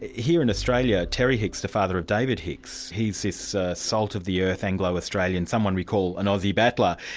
here in australia, terry hicks, the father of david hicks, he's this salt-of-the-earth anglo australian, someone we call an aussie battler,